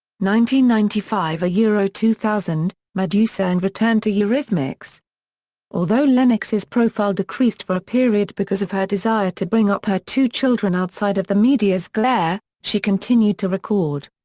ninety ninety five ah two thousand medusa and return to eurythmics although lennox's profile decreased for a period because of her desire to bring up her two children outside of the media's glare, she continued to record.